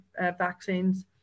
vaccines